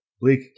bleak